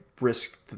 risk